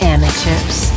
Amateurs